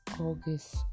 August